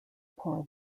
poor